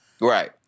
right